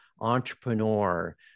entrepreneur